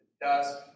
dust